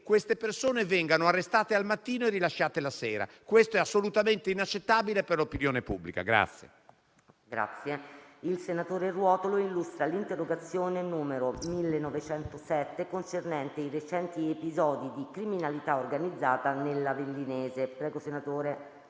che le persone vengano arrestate al mattino e rilasciate la sera. Questo è assolutamente inaccettabile per l'opinione pubblica.